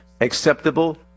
acceptable